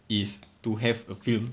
is to have a film